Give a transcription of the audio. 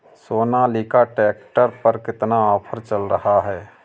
Sonalika tractor पर कितना offer चल रहा है?